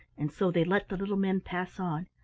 and so they let the little men pass on,